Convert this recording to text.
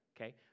okay